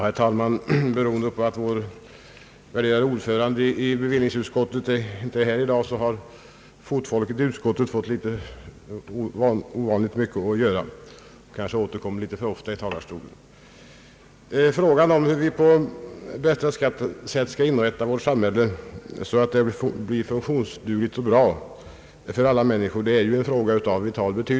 Herr talman! Beroende på att vår värderade ordförande i bevillningsutskottet inte är här i dag har fotfolket i utskottet fått ovanligt mycket att göra och återkommer kanske litet för ofta i talarstolen. Det är en fråga av vital betydelse hur vi på bästa sätt skall inrätta vårt samhälle så att det blir funktionsdugligt och bra för alla människor.